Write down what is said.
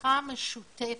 שיחה משותפת,